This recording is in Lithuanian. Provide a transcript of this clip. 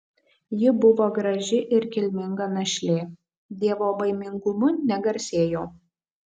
ji buvo graži ir kilminga našlė dievobaimingumu negarsėjo